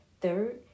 Third